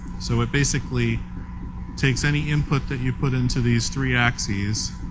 so it basically takes any input that you put into these three axes.